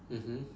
mmhmm